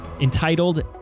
entitled